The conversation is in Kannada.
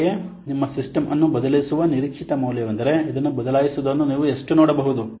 ಅಂತೆಯೇ ಸಿಸ್ಟಮ್ ಅನ್ನು ಬದಲಿಸುವ ನಿರೀಕ್ಷಿತ ಮೌಲ್ಯವೆಂದರೆ ಇದನ್ನು ಬದಲಾಯಿಸುವುದನ್ನು ನೀವು ಎಷ್ಟು ನೋಡಬಹುದು